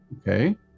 okay